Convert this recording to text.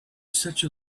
such